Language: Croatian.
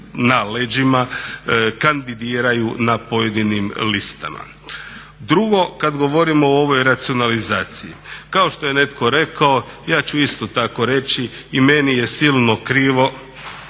na leđima kandidiraju na pojedinim listama. Drugo kad govorimo o ovoj racionalizaciji kao što je netko rekao ja ću isto tako reći i meni je silno krivo,